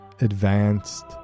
advanced